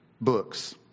books